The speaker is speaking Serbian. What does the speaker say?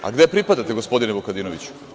A gde pripadate, gospodine Vukadinoviću?